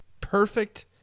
perfect